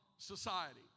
Society